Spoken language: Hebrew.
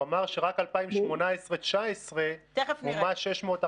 הוא אמר שרק 2018 2019 מומש 640 מיליון.